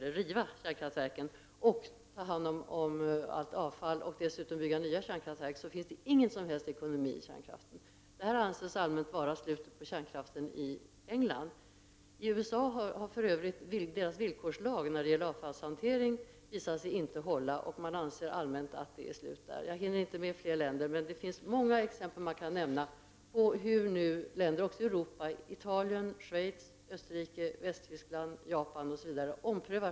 att riva kärnkraftverken, ta hand om avfallet och dessutom bygga nya kärnkraftverk, finns det ingen som helst ekonomi i kärnkraften. Detta anses allmänt vara slutet för kärnkraften i Storbritannien. Den amerikanska villkorslagen när det gäller avfallshantering har visat sig inte hålla, och det anses allmänt att det är slutet för kärnkraften i USA. Jag hinner inte ta upp fler länder, men det finns många exempel som man kan nämna när det gäller hur länder, också i Europa, omprövar kärnkraften, t.ex. Italien Schweiz, Österrike, Västtyskland, Japan, osv.